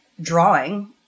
drawing